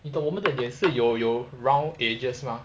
你懂我们的脸是有 round edges 吗